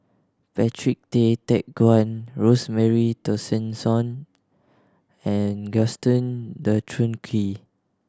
Patrick Tay Teck Guan Rosemary Tessensohn and Gaston Dutronquoy